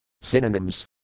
Synonyms